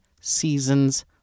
seasons